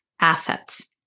assets